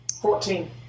Fourteen